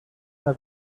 una